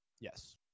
Yes